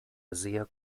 sehr